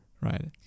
right